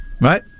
Right